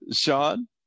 Sean